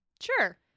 Sure